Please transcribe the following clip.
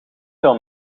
veel